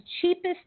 cheapest